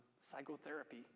psychotherapy